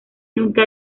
nunca